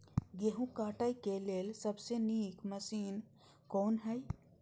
गेहूँ काटय के लेल सबसे नीक मशीन कोन हय?